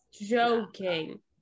joking